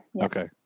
Okay